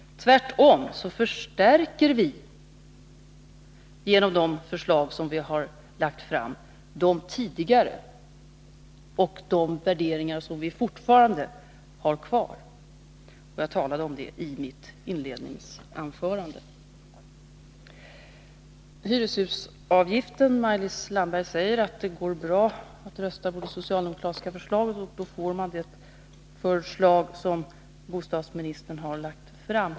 De förslag som vi har lagt fram visar tvärtom att våra värderingar ligger fast. Jag talade om det i mitt inledningsanförande. Maj-Lis Landberg säger att det går bra att rösta på den socialdemokratiska reservationen beträffande hyreshusavgiften. Då får man det förslag som bostadsministern har lagt fram.